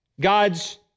God's